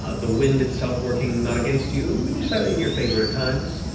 the wind itself working, not against you, maybe slightly in your favor, at times,